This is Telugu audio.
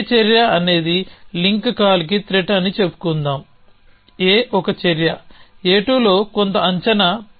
A చర్య అనేది లింక్ కాల్కి త్రెట్ అని చెప్పుకుందాం A ఒక చర్య A2లో కొంత అంచనా p